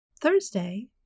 Thursday